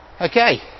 Okay